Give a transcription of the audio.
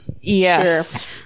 Yes